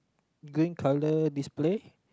green colour display